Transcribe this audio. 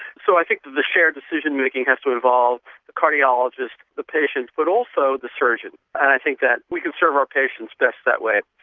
so i think the shared decision making has to involve the cardiologist, the patient, but also the surgeon and i think that we can serve our patients best that way.